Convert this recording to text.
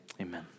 amen